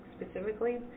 specifically